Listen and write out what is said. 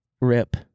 Rip